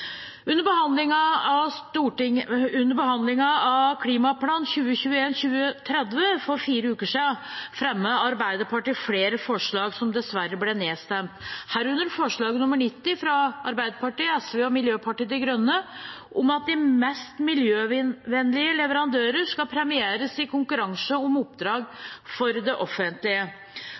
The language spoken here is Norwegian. Under behandlingen av Klimaplan for 2021–2030 for fire uker siden fremmet Arbeiderpartiet flere forslag som dessverre ble nedstemt, herunder forslag nr. 90, fra Arbeiderpartiet, SV og Miljøpartiet De Grønne, om at de mest miljøvennlige leverandørene skal premieres i konkurranse om oppdrag for det offentlige.